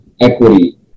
equity